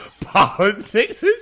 politics